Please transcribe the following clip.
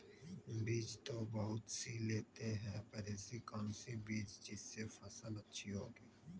बीज तो बहुत सी लेते हैं पर ऐसी कौन सी बिज जिससे फसल अच्छी होगी?